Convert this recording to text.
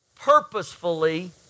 purposefully